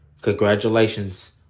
Congratulations